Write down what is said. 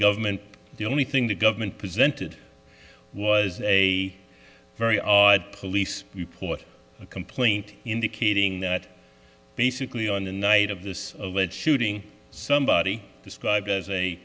government the only thing the government presented was a very odd police report a complaint indicating that basically on the night of this alleged shooting somebody described as a